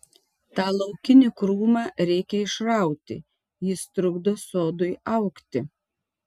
tą laukinį krūmą reikia išrauti jis trukdo sodui augti